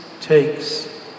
takes